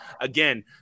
Again